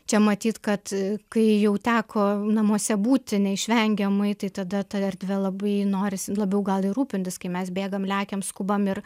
čia matyt kad kai jau teko namuose būti neišvengiamai tai tada ta erdve labai norisi labiau gal ir rūpintis kai mes bėgam lekiam skubam ir